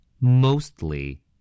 mostly